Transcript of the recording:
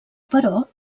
però